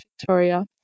Victoria